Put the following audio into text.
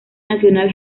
nacional